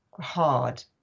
hard